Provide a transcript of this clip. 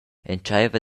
entscheiva